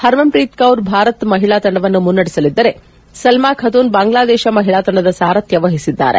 ಪರ್ಮನ್ ಪ್ರೀತ್ ಕೌರ್ ಭಾರತ ಮಹಿಳಾ ತಂಡವನ್ನು ಮುನ್ನಡೆಸಲಿದ್ದರೆ ಸಲ್ಮಾ ಖತೂನ್ ಬಾಂಗ್ಲಾದೇಶ ಮಹಿಳಾ ತಂಡದ ಸಾರಥ್ಯ ವಹಿಸಿದ್ದಾರೆ